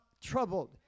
troubled